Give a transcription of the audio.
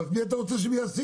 אבל את מי אתה רוצה שהם יעסיקו,